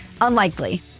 Unlikely